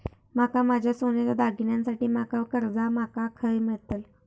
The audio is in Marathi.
माका माझ्या सोन्याच्या दागिन्यांसाठी माका कर्जा माका खय मेळतल?